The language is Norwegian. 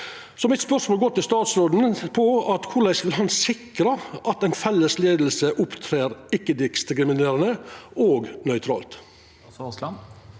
Mitt spørsmål går til statsråden: Korleis vil han sikra at ei felles leiing opptrer ikkje-diskriminerande og nøytralt?